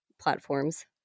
platforms